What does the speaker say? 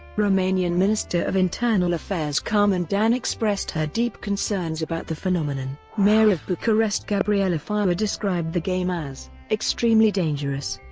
romanian minister of internal affairs carmen dan expressed her deep concerns about the phenomenon. mayor of bucharest gabriela firea ah described the game as extremely dangerous.